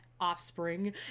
offspring